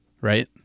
right